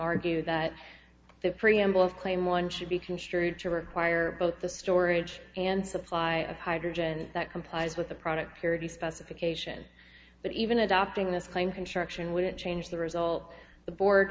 argue that the preamble of claim one should be construed to require both the storage and supply of hydrogen that complies with the product purity specification but even adopting this claim construction wouldn't change the result the board